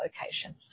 location